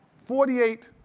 forty eight